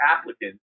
applicants